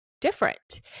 different